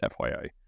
FYI